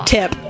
Tip